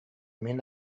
мин